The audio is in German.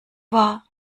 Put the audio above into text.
war